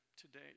today